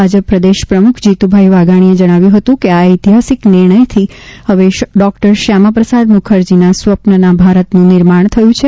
ભાજપ પ્રદેશ પ્રમુખ જીતુભાઈ વાઘાણીએ જણાવ્યું કે આ ઐતિહાસિક નિર્ણયથી હવે ડોક્ટર શ્યામા પ્રસાદ મુખરજીના સ્વપ્રના ભારતનું નિર્માણ થયું છે